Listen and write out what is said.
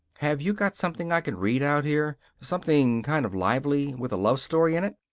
have you got something i can read out here something kind of lively with a love story in it?